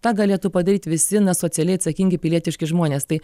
tą galėtų padaryt visi na socialiai atsakingi pilietiški žmonės tai